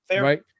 right